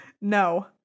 No